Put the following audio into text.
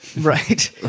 Right